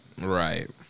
Right